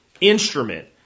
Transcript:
instrument